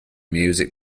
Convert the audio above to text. music